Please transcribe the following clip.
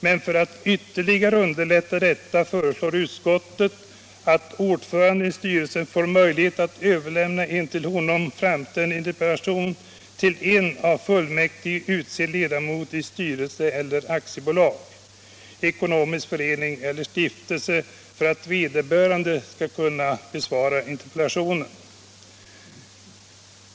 Men för att ytterligare underlätta detta föreslår utskottet att ordföranden i styrelsen får möjlighet att överlämna en till honom framställd interpellation till en av fullmäktige utsedd ledamot i styrelse för aktiebolag, ekonomisk förening eller stiftelse för att vederbörande skall besvara interpellationen.